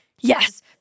Yes